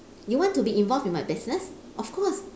you want to be involved in my business of course